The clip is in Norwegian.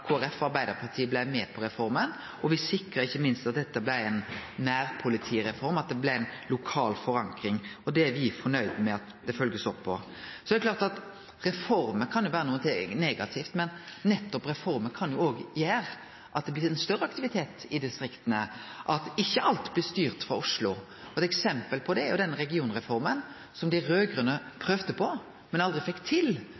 Folkeparti og Arbeidarpartiet blei med på reforma, og me sikra ikkje minst at dette blei ei nærpolitireform, at det blei ei lokal forankring. Me er nøgde med at det blir følgd opp. Så er det klart at reformer kan vere noko negativt, men nettopp reformer kan òg gjere at det blir større aktivitet i distrikta, at ikkje alt blir styrt frå Oslo. Eit eksempel på det er den regionreforma, som dei raud-grøne prøvde på, men aldri fekk til,